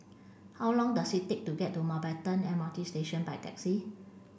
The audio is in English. how long does it take to get to Mountbatten M R T Station by taxi